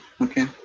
Okay